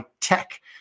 tech